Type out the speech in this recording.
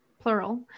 plural